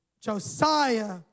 Josiah